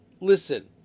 listen